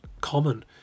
common